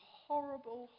horrible